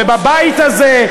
ובבית הזה,